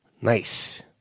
Nice